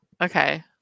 Okay